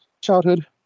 childhood